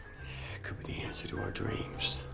could be the answer to our dreams.